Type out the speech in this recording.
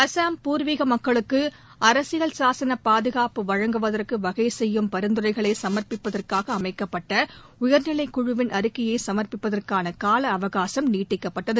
அஸ்ஸாம் பூர்வீக மக்களுக்கு அரசியல் சாசன பாதுகாப்பு வழங்குவதற்கு வகை செப்யும் பரிந்துரைகளை சமர்ப்பிக்கப்பதற்காக அமைக்கப்பட்ட உயர்நிலைக் குழு வின் அறிக்கையை சமர்ப்பிதற்கான கால அவகாசம் நீட்டிக்கப்பட்டுள்ளது